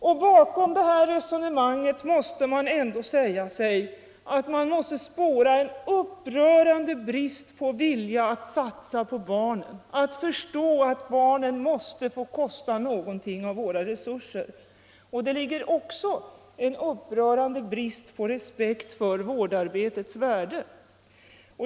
Man måste säga sig att bakom det här resonemanget kan spåras en upprörande brist på vilja att satsa på barnen, en brist på förståelse för att barnen måste få kosta någonting av våra resurser. Häri ligger också en upprörande brist på respekt för vårdarbetets värde.